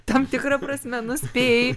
tam tikra prasme nuspėjai